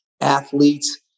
athletes